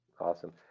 Awesome